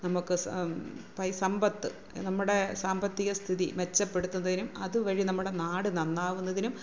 നമുക്ക് സമ്പത്ത് നമ്മുടെ സാമ്പത്തിക സ്ഥിതി മെച്ചപ്പെടുത്തുന്നതിനും അത് വഴി നമ്മുടെ നാട് നന്നാവുന്നതിനും